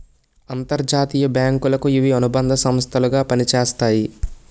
అంతర్జాతీయ బ్యాంకులకు ఇవి అనుబంధ సంస్థలు గా పనిచేస్తాయి